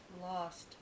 lost